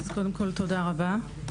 תודה רבה.